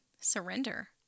surrender